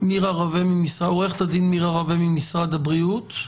רווה ממשרד הבריאות,